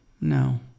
no